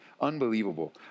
Unbelievable